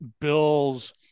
Bill's